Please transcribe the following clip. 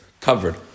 covered